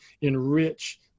enrich